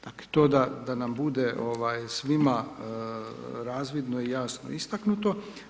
Dakle to da nam bude svima razvidno i jasno istaknuto.